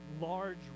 large